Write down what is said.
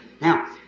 Now